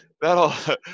that'll